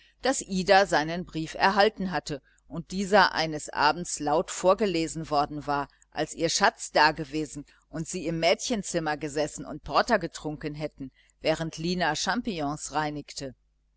daß ida seinen brief erhalten hatte und dieser eines abends laut vorgelesen worden war als ihr schatz dagewesen und sie im mädchenzimmer gesessen und porter getrunken hätten während lina champignons reinigte